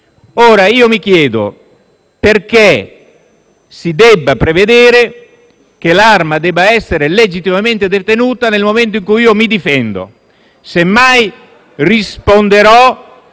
Mi chiedo perché si debba prevedere che l'arma sia legittimamente detenuta nel momento in cui io mi difendo.